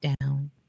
down